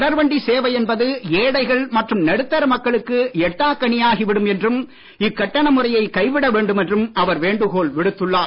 தொடர்வண்டி சேவை என்பது ஏழைகள் மற்றும் நடுத்தர மக்களுக்கு எட்டாக் கனியாகி விடும் என்றும் இக்கட்டண முறையை கைவிட வேண்டும் என்றும் அவர் வேண்டுகோள் விடுத்துள்ளார்